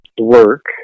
work